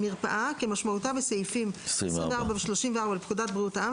"מרפאה" כמשמעותה בסעיפים 24 ו-34 לפקודת בריאות העם,